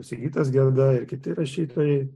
sigitas geda ir kiti rašytojai